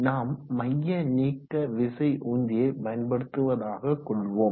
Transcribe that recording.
நாம் மையநீக்கவிசை உந்தியை பயன்படுத்துவதாக கொள்வோம்